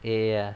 ya ya ya